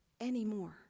anymore